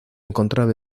encontraba